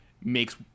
makes